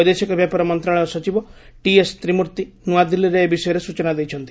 ବୈଦେଶିକ ବ୍ୟାପାର ମନ୍ତ୍ରଣାଳୟ ସଚିବ ଟିଏସ୍ ତ୍ରିମୂର୍ତ୍ତି ନୂଆଦିଲ୍ଲୀରେ ଏ ବିଷୟରେ ସୂଚନା ଦେଇଛନ୍ତି